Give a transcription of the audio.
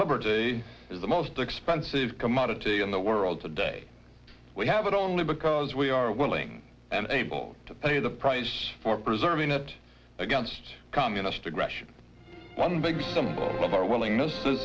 liberty is the most expensive commodity in the world today we have it only because we are willing and able to pay the price for preserving it against communist aggression one big symbol of our willingness t